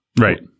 right